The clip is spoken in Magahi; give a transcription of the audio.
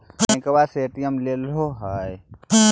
बैंकवा से ए.टी.एम लेलहो है?